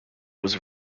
was